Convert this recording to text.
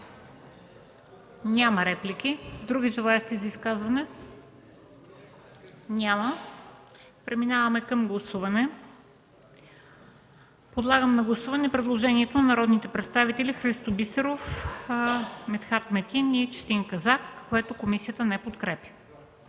Няма. Други желаещи за изказване? Няма. Преминаваме към гласуване. Подлагам на гласуване предложението на народните представители Христо Бисеров, Митхат Метин и Четин Казак, което комисията не подкрепя.